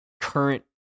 current